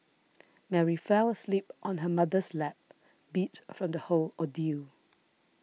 Mary fell asleep on her mother's lap beat from the whole ordeal